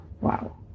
Wow